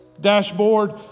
dashboard